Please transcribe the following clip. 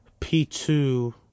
P2